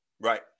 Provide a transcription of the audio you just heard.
Right